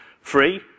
free